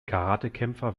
karatekämpfer